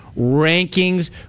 rankings